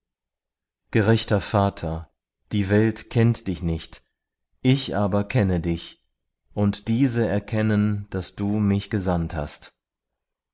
gerechter vater die welt kennt dich nicht ich aber kenne dich und diese erkennen daß du mich gesandt hast